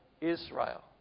Israel